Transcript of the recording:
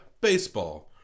baseball